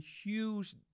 huge